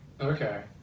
Okay